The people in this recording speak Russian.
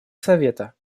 совета